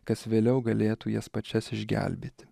kas vėliau galėtų jas pačias išgelbėti